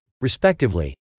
respectively